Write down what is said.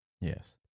Yes